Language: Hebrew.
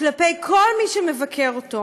כלפי כל מי שמבקר אותו,